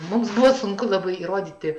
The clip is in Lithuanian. mums buvo sunku labai įrodyti